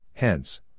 Hence